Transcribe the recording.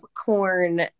corn